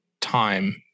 time